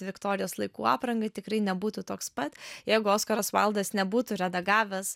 viktorijos laikų aprangai tikrai nebūtų toks pat jeigu oskaras vaildas nebūtų redagavęs